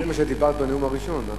זה מה שדיברת בנאום הראשון.